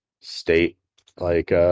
state-like